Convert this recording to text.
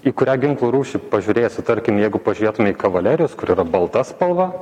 į kurią ginklo rūšį pažiūrėsi tarkim jeigu pažiūrėtume į kavalerijos kur yra balta spalva